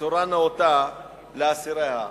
בצורה נאותה לאסיריה.